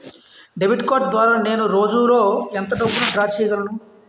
Debit card ద్వారా నేను రోజు లో ఎంత డబ్బును డ్రా చేయగలను?